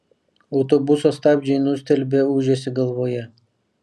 autobuso stabdžiai nustelbė ūžesį galvoje